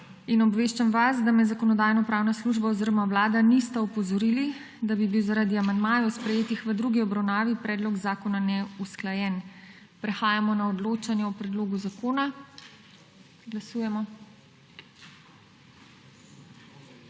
Obveščam vas, da me Zakonodajno-pravna služba oziroma Vlada nista opozorili, da bi bil zaradi amandmajev, sprejetih v drugi obravnavi, predlog zakona neusklajen. Prehajamo na odločanje o predlogu zakona. Glasujemo.